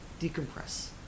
decompress